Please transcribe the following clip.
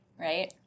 right